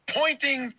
pointing